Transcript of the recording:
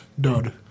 dud